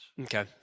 Okay